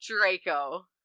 Draco